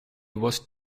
was